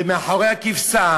ומאחורי הכבשה